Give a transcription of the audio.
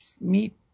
meet